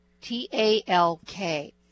T-A-L-K